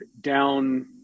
down